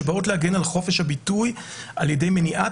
שבאות להגן על חופש הביטוי על-ידי מניעת